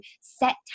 set